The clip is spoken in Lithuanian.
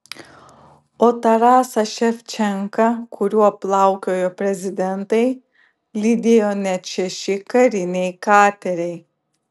o tarasą ševčenką kuriuo plaukiojo prezidentai lydėjo net šeši kariniai kateriai